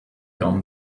down